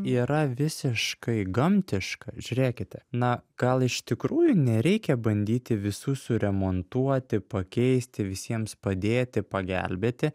yra visiškai gamtiška žiūrėkite na gal iš tikrųjų nereikia bandyti visų suremontuoti pakeisti visiems padėti pagelbėti